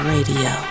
Radio